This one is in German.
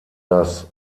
das